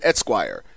Esquire